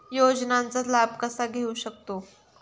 योजनांचा लाभ कसा घेऊ शकतू?